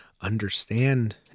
understand